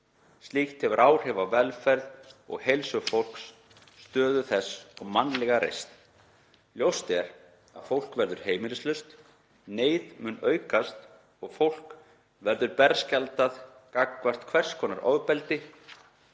Slíkt hefur áhrif á velferð og heilsu fólks, stöðu þess og mannlega reisn. Ljóst er að fólk verður heimilislaust, neyð mun aukast og fólk verður berskjaldað gagnvart hvers konar ofbeldi